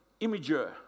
imager